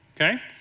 okay